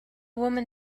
woman